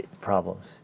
problems